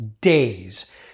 days